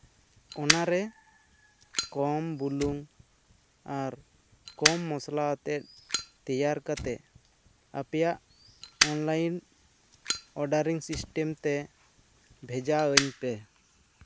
ᱚᱱᱟᱨᱮ ᱠᱚᱢ ᱵᱩᱞᱩᱝ ᱟᱨ ᱠᱚᱢ ᱢᱚᱥᱞᱟ ᱟᱛᱮᱫ ᱛᱮᱭᱟᱨ ᱠᱟᱛᱮᱫ ᱟᱯᱮᱭᱟᱜ ᱚᱱᱞᱟᱭᱤᱱ ᱚᱰᱟᱨᱤᱝ ᱥᱤᱥᱴᱮᱢᱛᱮ ᱵᱷᱮᱡᱟ ᱤᱧ ᱯᱮ